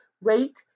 rate